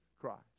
christ